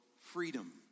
freedom